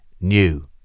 new